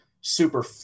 super